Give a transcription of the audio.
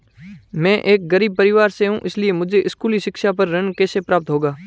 मैं एक गरीब परिवार से हूं इसलिए मुझे स्कूली शिक्षा पर ऋण कैसे प्राप्त होगा?